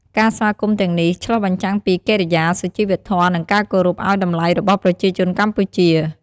ការស្វាគមន៍ទាំងនេះ ឆ្លុះបញ្ចាំងពី កិរិយា សុជីវធម៍ និងការគោរពអោយតម្លៃ របស់ប្រជាជនកម្ពុជា។